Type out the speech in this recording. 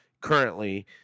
currently